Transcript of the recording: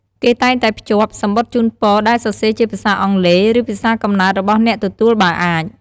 គេតែងតែភ្ជាប់ សំបុត្រជូនពរ ដែលសរសេរជាភាសាអង់គ្លេស ឬភាសាកំណើតរបស់អ្នកទទួល បើអាច។